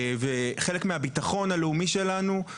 חלק מהביטחון הלאומי שלנו,